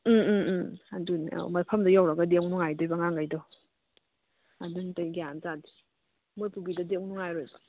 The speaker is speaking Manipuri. ꯎꯝ ꯎꯝ ꯎꯝ ꯑꯗꯨꯅꯦ ꯑ ꯃꯐꯝꯗꯨ ꯌꯧꯔꯒꯗꯤ ꯑꯃꯨꯛ ꯅꯨꯡꯉꯥꯏꯗꯣꯏꯕ ꯑꯉꯥꯡꯈꯩꯗꯣ ꯑꯗꯨ ꯅꯠꯇ ꯒ꯭ꯌꯥꯟ ꯇꯥꯗꯦꯃꯣꯏ ꯄꯨꯕꯤꯗ꯭ꯔꯗꯤ ꯑꯃꯨꯛ ꯅꯨꯡꯉꯥꯏꯔꯣꯏꯕ